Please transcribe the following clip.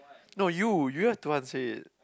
no you you have to answer it